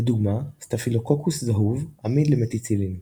לדוגמה סטאפילוקוקוס זהוב עמיד למתיצילין.